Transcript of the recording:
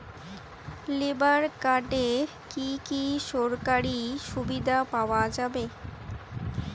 Labour কার্ডে কি কি সরকারি সুবিধা পাওয়া যাবে?